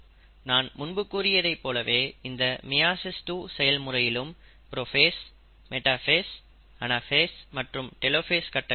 நான் முன்பு கூறியதைப் போலவே இந்த மியாசிஸ் 2 செயல் முறையிலும் புரோஃபேஸ் மெட்டாஃபேஸ் அனாஃபேஸ் மற்றும் டெலோஃபேஸ் கட்டங்கள் இருக்கும்